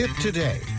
Today